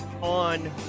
on